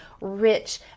rich